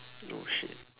no shit